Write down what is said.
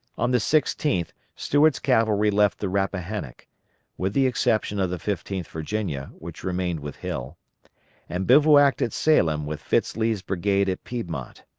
on the sixteenth stuart's cavalry left the rappahannock with the exception of the fifteenth virginia, which remained with hill and bivouacked at salem with fitz lee's brigade at piedmont.